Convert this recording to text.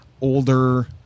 Older